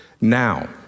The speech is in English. now